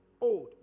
Old